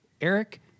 Eric